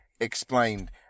explained